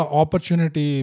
opportunity